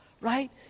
right